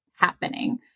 happening